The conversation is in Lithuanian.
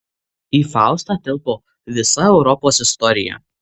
į faustą tilpo visa europos istorija